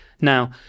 Now